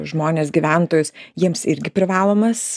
žmones gyventojus jiems irgi privalomas